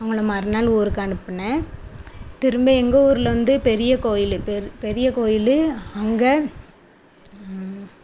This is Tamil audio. அவங்கள மறுநாள் ஊருக்கு அனுப்புனேன் திரும்ப எங்கள் ஊர்ல வந்து பெரிய கோவில் பெரி பெரிய கோவில் அங்கே